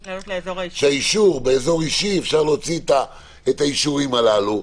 להוציא באזור האישי את האישורים הללו.